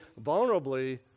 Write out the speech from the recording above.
vulnerably